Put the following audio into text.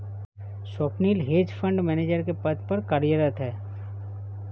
Swapnil hedge fund manager के पद पर कार्यरत है